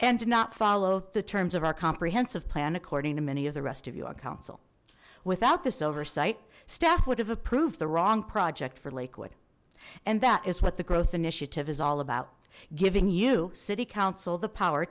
and did not follow the terms of our comprehensive plan according to many of the rest of you on council without this oversight staff would have approved the wrong project for lakewood and that is what the growth initiative is all about giving you city council the power